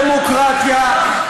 ארגוני דמוקרטיה,